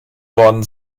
worden